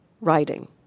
writing